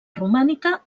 romànica